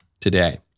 today